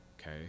okay